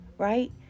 Right